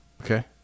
Okay